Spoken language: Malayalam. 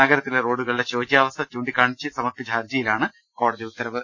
നഗരത്തിലെ റോഡുകളുടെ ശോച്യാവസ്ഥ ചൂണ്ടി ക്കാട്ടി സമർപ്പിച്ച ഹർജിയിലാണ് ഹൈക്കോടതി ഉത്തരവ്